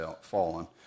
fallen